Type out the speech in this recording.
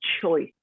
choice